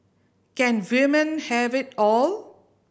can women have it all